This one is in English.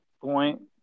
point